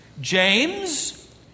James